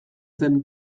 zen